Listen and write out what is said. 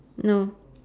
no